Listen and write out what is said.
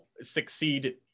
succeed